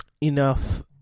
enough